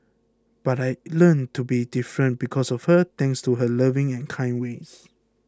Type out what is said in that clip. but I learnt to be different because of her thanks to her loving and kind ways